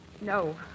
No